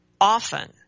often